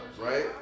right